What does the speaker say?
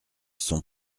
son